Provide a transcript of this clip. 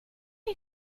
ein